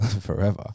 forever